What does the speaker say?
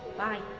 by